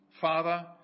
Father